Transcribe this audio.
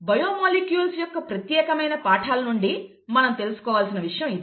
bio molecules యొక్క ప్రత్యేకమైన పాఠాల నుండి మనం తెలుసుకోవలసిన విషయం ఇది